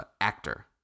actor